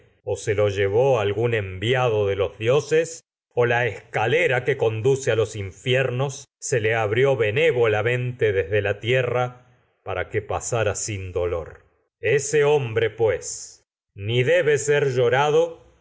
o sino que se lo llevó algún enviado de los dioses o la escalera que conduce a los infiernos se la tierra para le abrió benévolamente sin dolor ese hombre desde que pasara pues ni debe ser llorado